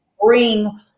bring